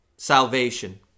salvation